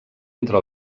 entre